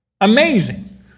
Amazing